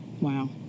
Wow